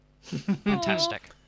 Fantastic